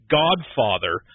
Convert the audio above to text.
godfather